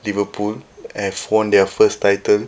liverpool have won their first title